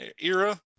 era